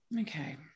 okay